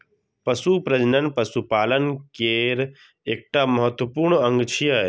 पशु प्रजनन पशुपालन केर एकटा महत्वपूर्ण अंग छियै